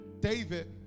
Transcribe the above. David